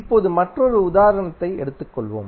இப்போது மற்றொரு உதாரணத்தை எடுத்துக் கொள்வோம்